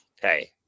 hey